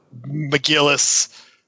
mcgillis